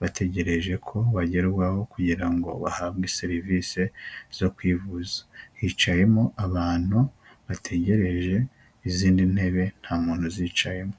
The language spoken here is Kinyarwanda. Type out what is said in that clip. bategereje ko bagerwaho kugira ngo bahabwe serivisi zo kwivuza, hicayemo abantu bategereje, izindi ntebe nta muntu uzicayemo.